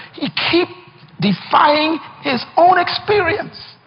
he keep defying his own experience.